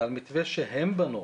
זה על מתווה שהם בנו.